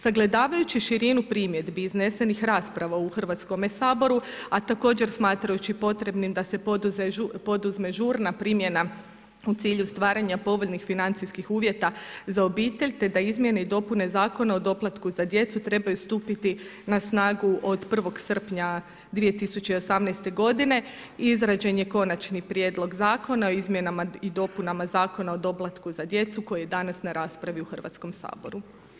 Sagledavajući širinu primjedbi iznesenih rasprava u Hrvatskome saboru, a također smatrajući potrebnim da se poduzme žurna primjena u cilju stvaranja povoljnih financijskih uvjeta za obitelj te da izmjene i dopune Zakona o doplatku za djecu trebaju stupiti na snagu od 1. srpnja 2018. godine, izrađen je Konačni prijedlog Zakona o izmjenama i dopunama Zakona o doplatku za djecu koji je danas na raspravi u Hrvatskom saboru.